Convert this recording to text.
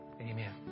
Amen